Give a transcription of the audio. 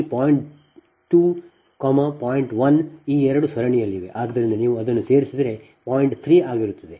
ಆದ್ದರಿಂದ ನೀವು ಅದನ್ನು ಸೇರಿಸಿದರೆ ಅದು 0